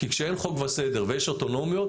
כי כשאין חוק וסדר ויש אוטונומיות,